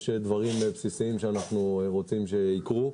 יש דברים בסיסיים שאנחנו רוצים שיקרו.